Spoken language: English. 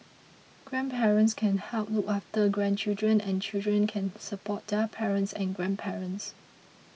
grandparents can help look after grandchildren and children can support their parents and grandparents